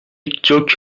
جوک